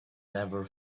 never